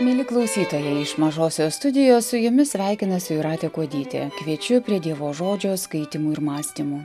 mieli klausytojai iš mažosios studijos su jumis sveikinasi jūratė kuodytė kviečiu prie dievo žodžio skaitymu ir mąstymu